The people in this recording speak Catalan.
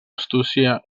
astúcia